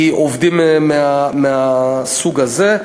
העובדים בה הם מהסוג הזה.